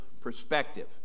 perspective